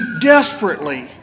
desperately